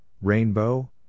rainbow